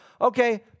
Okay